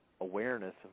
awareness